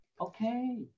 Okay